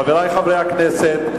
חברי חברי הכנסת,